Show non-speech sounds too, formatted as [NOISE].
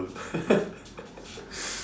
[LAUGHS]